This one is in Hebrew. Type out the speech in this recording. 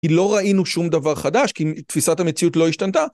היא לא ראינו שום דבר חדש כי תפיסת המציאות לא השתנתה.